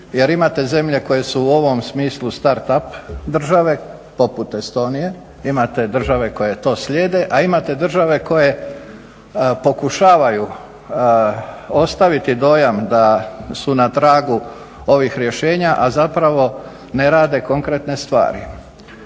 jer imate zemlje koje su u ovom smislu start up države poput Estonije, imate države koje to slijede, a imate države koje pokušavaju ostaviti dojam da su na tragu ovih rješenja, a zapravo ne rade konkretne stvari.